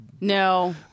no